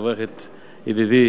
לברך את ידידי